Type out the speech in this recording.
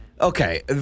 Okay